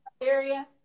area